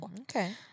Okay